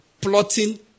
Plotting